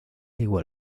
igual